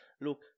look